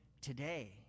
today